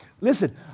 Listen